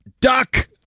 Duck